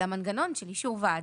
אלא מנגנון של אישור ועדה.